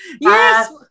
Yes